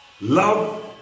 love